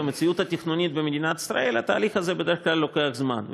במציאות התכנונית במדינת ישראל התהליך הזה בדרך כלל לוקח זמן,